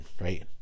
right